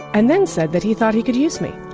and then said that he thought he could use me.